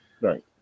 Right